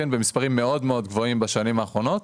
נמצא גם הוא במספרים מאוד גבוהים בשנים האחרונות,